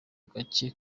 gace